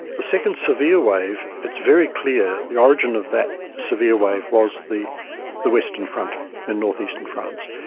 the second severe wave, it's very clear the origin of that severe wave was the the western front in north-eastern france.